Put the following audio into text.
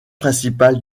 principal